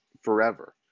forever